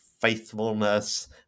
faithfulness